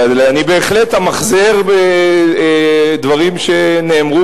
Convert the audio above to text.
אבל אני בהחלט אמחזר דברים שנאמרו